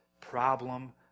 problem